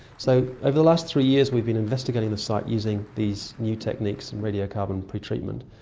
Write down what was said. so over the last three years we've been investigating the site using these new techniques in radiocarbon pre-treatment,